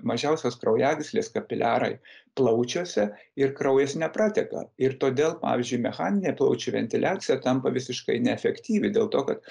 mažiausios kraujagyslės kapiliarai plaučiuose ir kraujas neprateka ir todėl pavyzdžiui mechaninė plaučių ventiliacija tampa visiškai neefektyvi dėl to kad